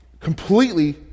completely